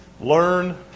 learn